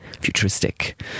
futuristic